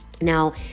now